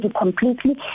completely